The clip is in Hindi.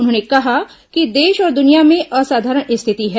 उन्होंने कहा कि देश और दुनिया में असाधारण स्थिति है